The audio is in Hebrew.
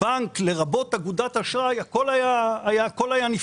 בנק, לרבות אגודת אשראי, הכול היה נפתר.